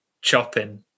chopping